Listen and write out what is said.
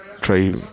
try